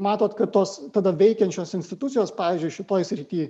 matot kad tos tada veikiančios institucijos pavyzdžiui šitoj srity